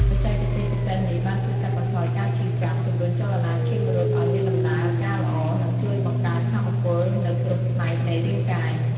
បច្ចេកទេសពិសេសនេះបានជួយកាត់បន្ថយការឈឺចាប់ ជំរុញចលនាឈាមរត់ឲ្យមានដំណើរការល្អ និងជួយបង្កើនថាមពលនៅគ្រប់ផ្នែកនៃរាងកាយ។